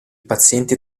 pazienti